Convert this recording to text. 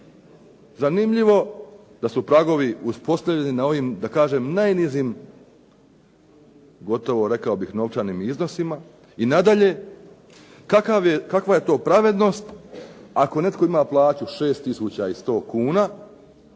Zanimljivo da su pragovi uspostavljeni na ovim da kažem najnižim gotovo rekao bih novčanim iznosima. I nadalje, kakva je to pravednost ako netko ima plaću 6 tisuća